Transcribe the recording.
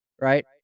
Right